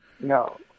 No